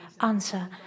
answer